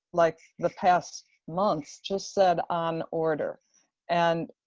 like the past months just said on order and